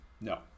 no